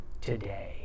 today